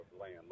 land